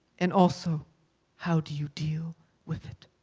and also how do you deal with it?